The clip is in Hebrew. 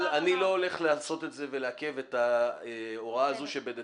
אבל אני לא הולך לעכב בגלל זה את ההוראה הזו,